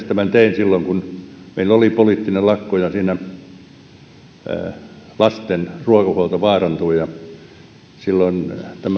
tämän tein silloin kun meillä oli poliittinen lakko ja siinä lasten ruokahuolto vaarantui silloin